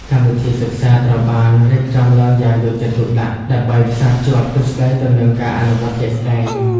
កម្មវិធីសិក្សាត្រូវបានរៀបចំឡើងយ៉ាងយកចិត្តទុកដាក់ ដើម្បីផ្សារភ្ជាប់ទ្រឹស្តីទៅនឹងការអនុវត្តជាក់ស្តែង។